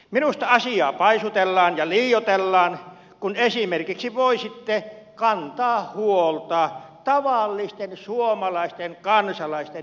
minusta asiaa paisutellaan ja liioitellaan kun esimerkiksi voisitte kantaa huolta tavallisten suomalaisten kansalaisten eriarvoistumisesta